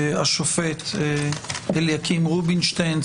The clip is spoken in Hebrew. השופט אליקים רובינשטיין.